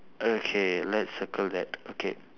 okay let's circle that okay